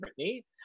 Britney